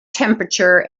temperature